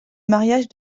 mariage